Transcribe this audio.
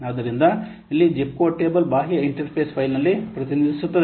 ಆದ್ದರಿಂದ ಇಲ್ಲಿ zip code table ಬಾಹ್ಯ ಇಂಟರ್ಫೇಸ್ ಫೈಲ್ನಲ್ಲಿ ಪ್ರತಿನಿಧಿಸುತ್ತದೆ